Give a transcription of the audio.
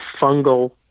fungal